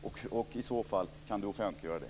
Kan utrikesministern i så fall offentliggöra det?